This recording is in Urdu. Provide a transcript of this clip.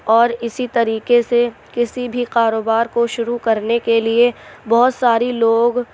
اور اسی طریقے سے کسی بھی کاروبار کو شروع کرنے کے لیے بہت ساری لوگ